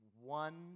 one